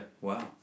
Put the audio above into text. Wow